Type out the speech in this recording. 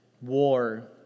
war